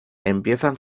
empiezan